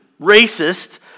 racist